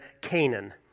Canaan